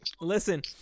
Listen